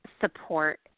support